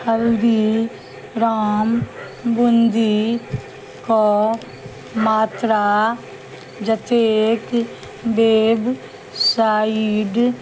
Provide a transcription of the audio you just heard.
हल्दी राम बून्दीके मात्रा जतेक बेबसाइड